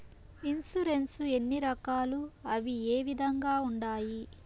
insurance ఎన్ని రకాలు అవి ఏ విధంగా ఉండాయి